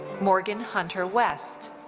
morgan hunter west.